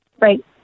right